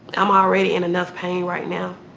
i'm already in enough pain right now.